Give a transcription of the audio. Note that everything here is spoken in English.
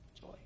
joy